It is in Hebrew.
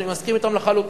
שאני מסכים אתם לחלוטין,